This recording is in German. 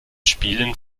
spielen